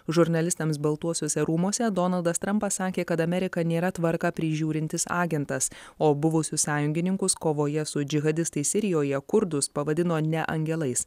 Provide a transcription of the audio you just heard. žurnalistams baltuosiuose rūmuose donaldas trampas sakė kad amerika nėra tvarką prižiūrintis agentas o buvusius sąjungininkus kovoje su džihadistais sirijoje kurdus pavadino ne angelais